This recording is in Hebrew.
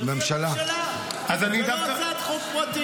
שתביא הממשלה, ולא הצעת חוק פרטית.